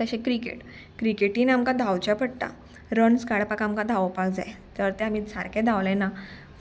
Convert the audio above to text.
तशें क्रिकेट क्रिकेटीन आमकां धांवचें पडटा रन्स काडपाक आमकां धांवपाक जाय जर ते आमी सारकें धांवलें ना